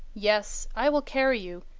yes, i will carry you,